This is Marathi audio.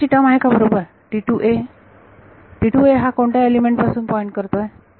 शेवटची टर्म आहे का बरोबर हा कोणत्या एलिमेंट पासून पॉईंट करतोय